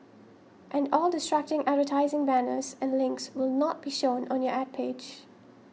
and all distracting advertising banners and links will not be shown on your Ad page